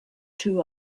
two